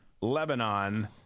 Lebanon